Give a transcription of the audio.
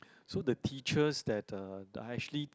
so the teachers that uh are actually